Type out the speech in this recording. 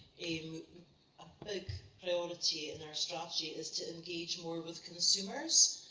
a big reality in our strategy is to engage more with consumers,